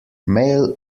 male